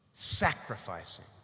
sacrificing